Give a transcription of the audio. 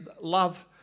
love